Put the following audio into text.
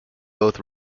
both